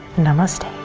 namaste.